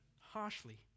harshly